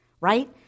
right